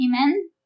Amen